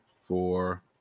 four